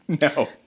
No